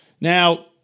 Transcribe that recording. Now